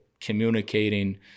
communicating